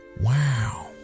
wow